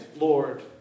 Lord